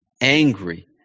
angry